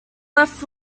left